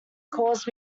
caused